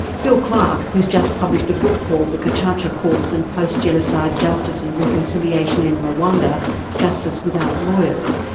phil clark, who has just published a book called the gacaca courts and post-genocide justice and reconciliation in rwanda justice without lawyers,